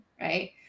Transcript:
Right